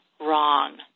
wrong